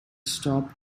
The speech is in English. stop